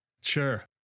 Sure